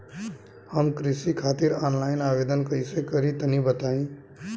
हम कृषि खातिर आनलाइन आवेदन कइसे करि तनि बताई?